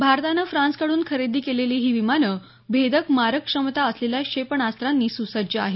भारतानं फ्रान्सकडून खरेदी केलेली ही विमानं भेदक मारक क्षमता असलेल्या क्षेपणास्त्रांनी सुसज्ज आहेत